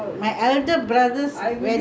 can I